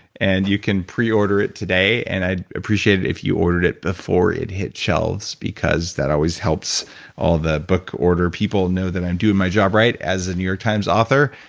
and you can pre-order it today. and i'd appreciate it if you ordered it before it hit shelves because that always helps all the book order people know that i'm doing my job right as a new york times author,